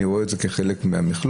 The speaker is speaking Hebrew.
אני רואה את זה כחלק מהמכלול,